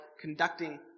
conducting